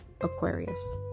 Aquarius